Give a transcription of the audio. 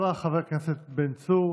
תודה, אדוני היושב-ראש.